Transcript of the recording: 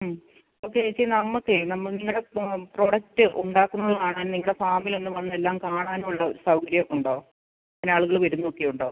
ഉം ഓക്കെ ചേച്ചി നമുക്കെ നമ്മൾ നിങ്ങളുടെ പ്രൊഡക്റ്റ് ഉണ്ടാക്കുന്നത് കാണാൻ നിങ്ങളുടെ ഫാമിലൊന്ന് വന്നെല്ലാം കാണാനുള്ള സൗകര്യം ഉണ്ടോ അതിനാളുകൾ വരുന്നൊക്കെ ഉണ്ടോ